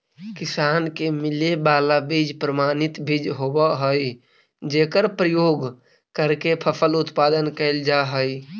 किसान के मिले वाला बीज प्रमाणित बीज होवऽ हइ जेकर प्रयोग करके फसल उत्पादन कैल जा हइ